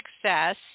success